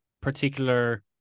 particular